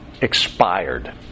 expired